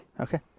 Okay